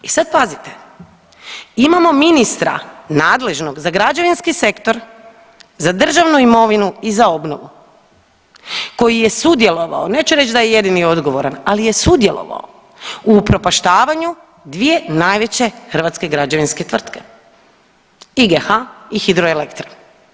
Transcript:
I sad pazite, imamo ministra nadležnog za građevinski sektor, za državnu imovinu i za obnovu koji je sudjelovao, neću reći da je jedini odgovoran, ali je sudjelovao u upropaštavanju dvije najveće hrvatske građevinske tvrtke, IGH i Hidroelektra.